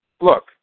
Look